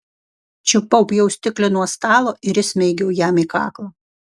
čiupau pjaustiklį nuo stalo ir įsmeigiau jam į kaklą